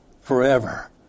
forever